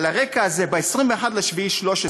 על הרקע הזה, ב-21 ביולי 2013